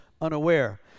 unaware